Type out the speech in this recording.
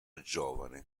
giovane